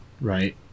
right